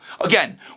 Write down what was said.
Again